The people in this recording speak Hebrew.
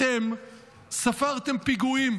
אתם ספרתם פיגועים.